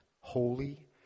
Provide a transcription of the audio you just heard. holy